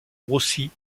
rossi